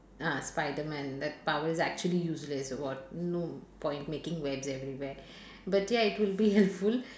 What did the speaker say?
ah spiderman that power is actually useless got no point making webs everywhere but ya it would be helpful